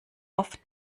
auf